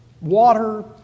water